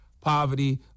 Poverty